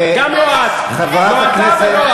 אתה בפרלמנט, חבר הכנסת ברכה.